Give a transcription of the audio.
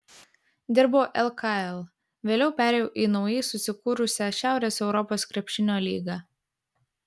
dirbau lkl vėliau perėjau į naujai susikūrusią šiaurės europos krepšinio lygą